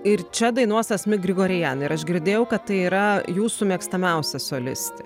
ir čia dainuos asmik grigorian ir aš girdėjau kad tai yra jūsų mėgstamiausia solistė